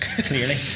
Clearly